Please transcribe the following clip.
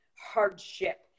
hardship